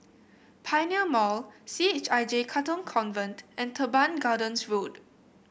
Pioneer Mall C H I J Katong Convent and Teban Gardens Road